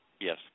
Yes